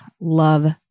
love